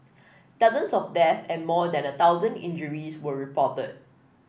dozens of death and more than a thousand injuries were reported